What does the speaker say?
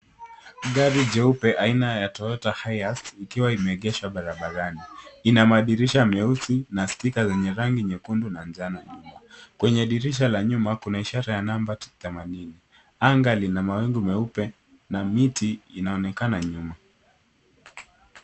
Gari jeupe aina ya Toyota Hiace ikiwa imeegeshwa barabarani. Ina madirisha meusi na stika zenye rangi nyekundu na njano nyuma. Kwenye dirisha la nyuma kuna ishara ya namba 80. Anga lina mawingu meupe na miti inaonekana nyuma.